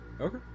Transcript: okay